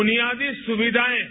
बुनियादी सुविधाएं हैं